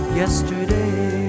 yesterday